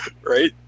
right